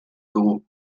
dugu